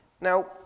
Now